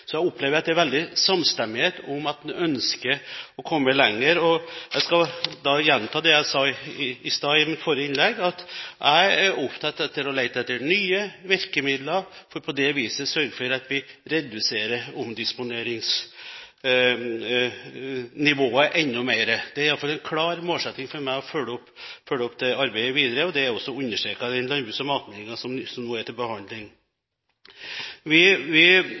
Jeg opplever at det er en veldig stor samstemmighet om at en ønsker å komme lenger. Jeg skal da gjenta det jeg sa i stad, i forrige innlegg, at jeg er opptatt av å lete etter nye virkemidler for på det viset å sørge for at vi reduserer omdisponeringsnivået enda mer. Det er i alle fall en klar målsetting for meg å følge opp det arbeidet videre, og det er også understreket i den landbruks- og matmeldingen som nå er til behandling. Vi